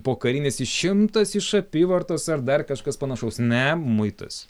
pokarinis išimtas iš apyvartos ar dar kažkas panašaus ne muitas